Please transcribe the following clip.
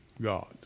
God